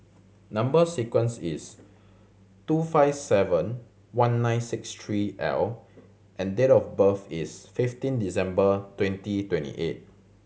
number sequence is two five seven one nine six three L and date of birth is fifteen December twenty twenty eight